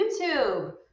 youtube